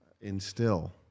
instill